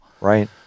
Right